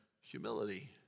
humility